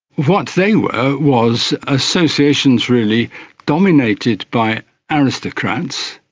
what they were was associations really dominated by aristocrats,